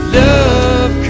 love